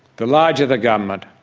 the larger the government,